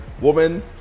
woman